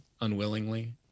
unwillingly